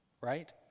right